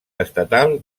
estatal